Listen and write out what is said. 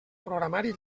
programari